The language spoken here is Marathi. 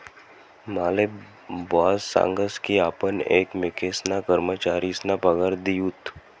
माले बॉस सांगस की आपण एकमेकेसना कर्मचारीसना पगार दिऊत